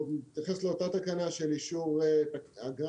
אני אתייחס לאותה תקנה של אישור סימולטור,